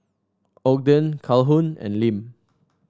Ogden Calhoun and Lim